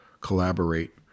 collaborate